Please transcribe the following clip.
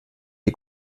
die